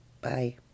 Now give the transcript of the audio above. Bye